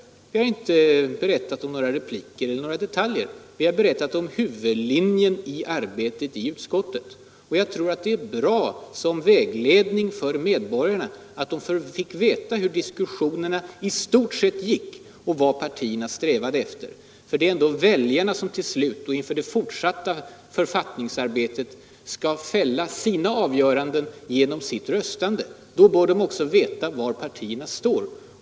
Vi har inte berättat om några repliker eller avslöjat några detaljer; vi har angivit huvudlinjen i arbetet i utskottet. Det är bra som vägledning för medborgarna att de får veta hur diskussionerna i stort sett arna som till slut och inför det fortsatta författningsarbetet skall fälla sina avgöranden gick och vad partierna strävade efter. Det är ändå välj genom sitt röstande. Då bör de också veta var partierna står.